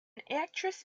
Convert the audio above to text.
actress